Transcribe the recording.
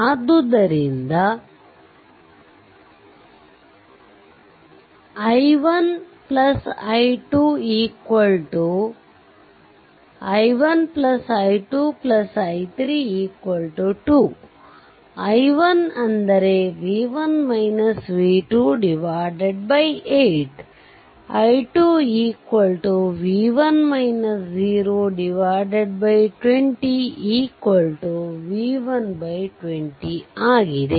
ಆದ್ದರಿಂದ i1 i 2 i3 2 i1 8 i 2 20 v120 ಆಗಿದೆ